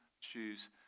choose